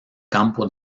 campo